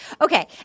Okay